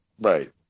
Right